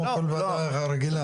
כמו כל ועדה רגילה.